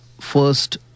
first